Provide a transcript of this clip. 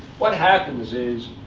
what happens is,